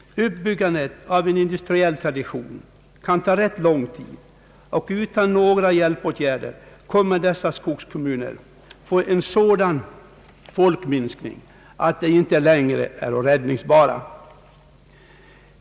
Uppbyggandet av en industriell tradition kan ta rätt lång tid, och utan några hjälpåtgärder kommer dessa skogskommuner att få en sådan folkminskning att de inte längre går att rädda.